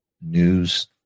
news